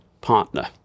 partner